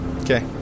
Okay